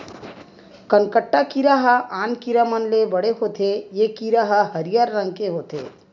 कनकट्टा कीरा ह आन कीरा मन ले बड़े होथे ए कीरा ह हरियर रंग के होथे